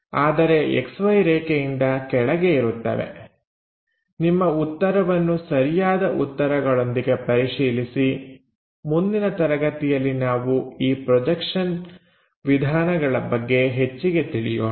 ಆದರೆ XY ರೇಖೆಯಿಂದ ಕೆಳಗೆ ಇರುತ್ತವೆ ನಿಮ್ಮ ಉತ್ತರವನ್ನು ಸರಿಯಾದ ಉತ್ತರಗಳೊಂದಿಗೆ ಪರಿಶೀಲಿಸಿ ಮುಂದಿನ ತರಗತಿಯಲ್ಲಿ ನಾವು ಈ ಪ್ರೊಜೆಕ್ಷನ್ ವಿಧಾನಗಳ ಬಗ್ಗೆ ಹೆಚ್ಚಿಗೆ ತಿಳಿಯೋಣ